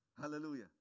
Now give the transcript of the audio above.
Hallelujah